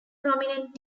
prominent